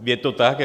Je to tak.